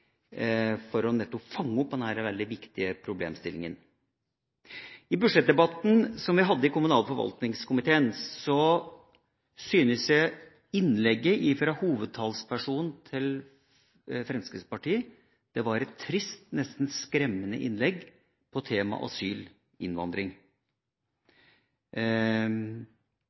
en slik spesialkartlegging for å fange opp denne viktige problemstillinga. I budsjettdebatten som vi hadde i kommunal- og forvaltningskomiteen, syns jeg innlegget fra hovedtalspersonen til Fremskrittspartiet om temaet asyl og innvandring var trist og nesten skremmende. Det var et innlegg